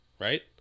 Right